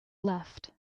left